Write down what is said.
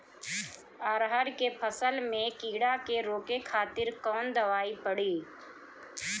अरहर के फसल में कीड़ा के रोके खातिर कौन दवाई पड़ी?